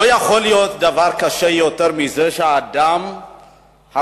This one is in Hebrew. לא יכול להיות דבר קשה יותר מזה שאדם הרוצה